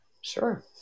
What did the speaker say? sure